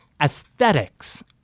aesthetics